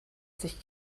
sich